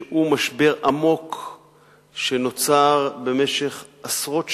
שהוא משבר עמוק שנוצר במשך עשרות שנים,